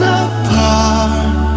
apart